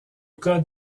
code